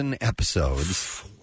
episodes